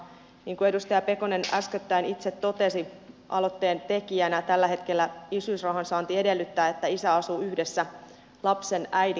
niin kuin edustaja pekonen äskettäin itse totesi aloitteentekijänä tällä hetkellä isyysrahan saanti edellyttää että isä asuu yhdessä lapsen äidin kanssa